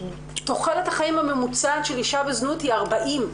תוחלת החיים הממוצעת של אישה בזנות היא 40,